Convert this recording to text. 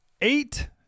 Eight